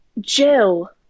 Jill